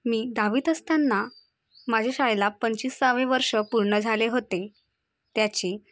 मी दहावीत असताना माझ्या शाळेला पंचवीसावे वर्ष पूर्ण झाले होते त्याची